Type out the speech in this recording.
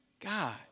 God